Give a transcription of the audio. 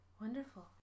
Wonderful